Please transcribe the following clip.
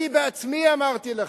אני עצמי אמרתי לך.